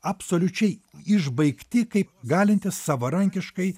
absoliučiai išbaigti kaip galintys savarankiškai